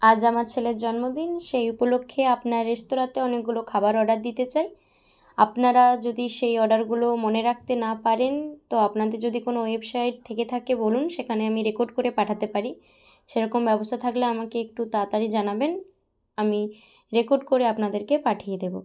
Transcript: আজ আমার ছেলের জন্মদিন সেই উপলক্ষ্যে আপনার রেস্তোরাঁতে অনেকগুলো খাবার অর্ডার দিতে চাই আপনারা যদি সেই অর্ডারগুলো মনে রাখতে না পারেন তো আপনাদের যদি কোনও ওয়েবসাইট থেকে থাকে বলুন সেখানে আমি রেকর্ড করে পাঠাতে পারি সেরকম ব্যবস্থা থাকলে আমাকে একটু তাড়াতাড়ি জানাবেন আমি রেকর্ড করে আপনাদেরকে পাঠিয়ে দেবো